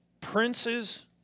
Princes